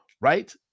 right